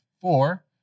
four